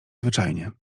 zwyczajnie